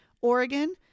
Oregon